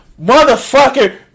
motherfucker